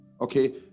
Okay